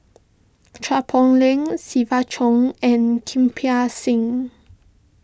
Chua Poh Leng Siva Choy and Kirpal Singh